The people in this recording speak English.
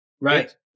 Right